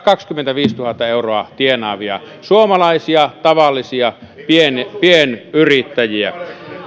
kaksikymmentäviisituhatta euroa tienaavia tavallisia suomalaisia pienyrittäjiä